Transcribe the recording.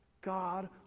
God